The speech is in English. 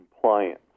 compliance